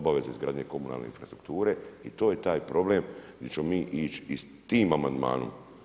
Obaveze izgradnje komunalne infrastrukture i to je taj problem gdje ćemo mi ići i s tim amandmanom.